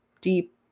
deep